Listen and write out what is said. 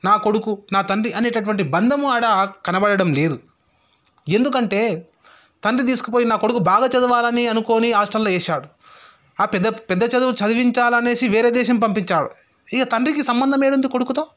నా కొడుకు నా తండ్రి అనేటటువంటి బంధము ఆడా కనబడడం లేదు ఎందుకంటే తండ్రి తీసుకుపోయి నా కొడుకు బాగా చదవాలని అనుకోని హాస్టల్లో వేశాడు ఆ పెద్ద పెద్ద చదువు చదివించాలి అనేసి వేరే దేశం పంపించాడు ఇంక తండ్రికి సంబంధం ఎక్కడుంది కొడుకుతో